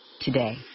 Today